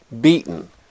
Beaten